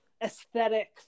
aesthetic